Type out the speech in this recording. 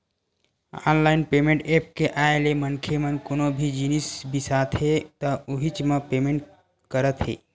online payment apps के आए ले मनखे मन कोनो भी जिनिस बिसाथे त उहींच म पेमेंट करत हे